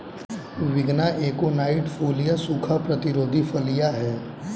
विग्ना एकोनाइट फोलिया सूखा प्रतिरोधी फलियां हैं